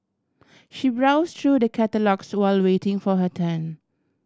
she browse through the catalogues while waiting for her turn